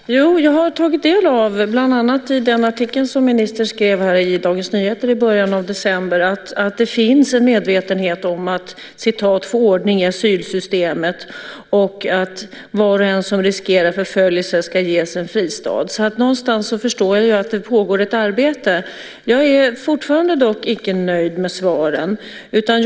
Herr talman! Jag har tagit del av, bland annat i den artikel som ministern skrev i Dagens Nyheter i början av december, att det finns en medvetenhet om att "få ordning i asylsystemet" och att "var och en som riskerar förföljelse ska ges en fristad". Någonstans förstår jag att det pågår ett arbete. Jag är dock fortfarande inte nöjd med svaren.